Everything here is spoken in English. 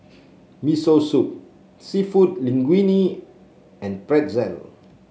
Miso Soup seafood Linguine and Pretzel